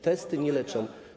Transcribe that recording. Testy nie leczą.